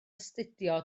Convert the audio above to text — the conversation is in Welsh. astudio